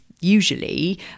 usually